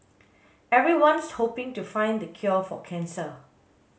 everyone's hoping to find the cure for cancer